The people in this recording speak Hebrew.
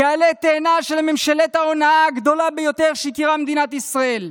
כעלה תאנה של ממשלת ההונאה הגדולה ביותר שהכירה מדינת ישראל.